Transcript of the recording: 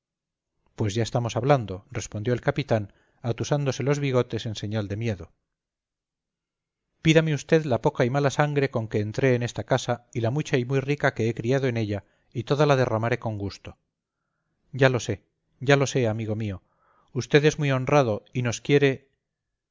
pues ya estamos hablando respondió el capitán atusándose los bigotes en señal de miedo pídame usted la poca y mala sangre con que entré en esta casa y la mucha y muy rica que he criado en ella y toda la derramaré con gusto ya lo sé ya lo sé amigo mío usted es muy honrado y nos quiere